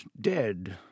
dead